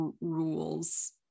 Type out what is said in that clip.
rules